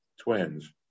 twins